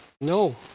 No